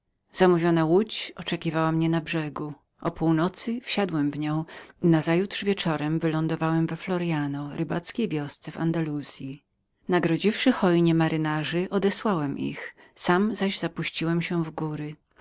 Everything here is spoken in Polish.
zamówiona łódź oczekiwała mnie na brzegu o północy wsiadłem w nią i nazajutrz wieczorem wylądowałem w florianie rybackiej wiosce w andaluzyi nagrodziwszy hojnie majtków odesłałem ich sam zaś zapuściłem się w góry